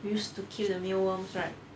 we used to kill the meal worms right